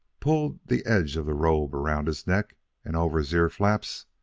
pulled the edge of the robe around his neck and over his ear-flaps,